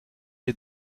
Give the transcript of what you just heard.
ihr